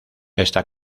está